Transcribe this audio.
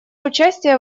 участие